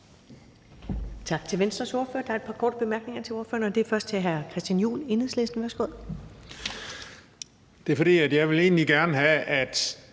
Tak til Venstres ordfører. Der er et par korte bemærkninger til ordføreren, og det er først fra hr. Christian Juhl, Enhedslisten.